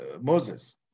Moses